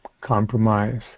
Compromise